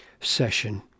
session